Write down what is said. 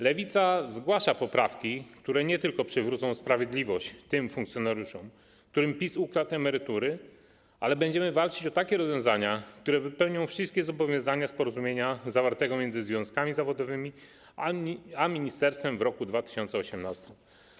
Lewica zgłasza poprawki, które nie tylko przywrócą sprawiedliwość tym funkcjonariuszom, którym PiS ukradł emerytury, ale będziemy walczyć o takie rozwiązania, które wypełnią wszystkie zobowiązania z porozumienia zawartego między związkami zawodowymi a ministerstwem w roku 2018.